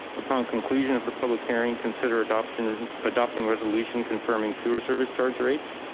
upon conclusion of the public hearing, consider adoption adopting resolution confirming sewer service charge rates,